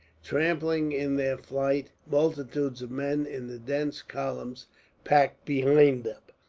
trampling in their flight multitudes of men in the dense columns packed behind them.